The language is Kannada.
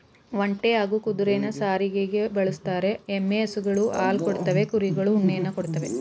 ಒಂಟೆ ಹಾಗೂ ಕುದುರೆನ ಸಾರಿಗೆಗೆ ಬಳುಸ್ತರೆ, ಎಮ್ಮೆ ಹಸುಗಳು ಹಾಲ್ ಕೊಡ್ತವೆ ಕುರಿಗಳು ಉಣ್ಣೆಯನ್ನ ಕೊಡ್ತವೇ